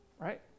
Right